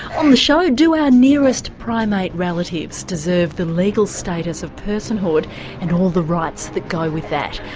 on the show, do our nearest primate relatives deserve the legal status of personhood and all the rights that go with that?